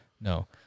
No